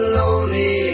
lonely